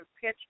pitch